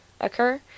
occur